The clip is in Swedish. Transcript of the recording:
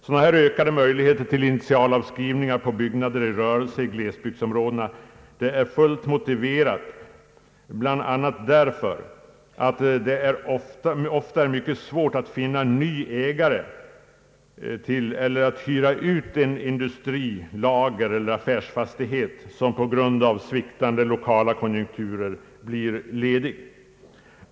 Sådana ökade möjligheter till initialavskrivningar på byggnader i rörelse inom glesbygdsområdena är fullt motiverade bl.a. därför att det ofta är mycket svårt att hyra ut industri-, lagereller affärsfastigheter som på grund av sviktande lokala konjunkturer blir lediga.